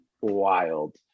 wild